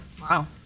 Wow